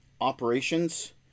operations